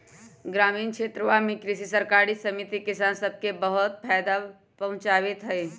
ग्रामीण क्षेत्रवा में कृषि सरकारी समिति किसान सब के बहुत फायदा पहुंचावीत हई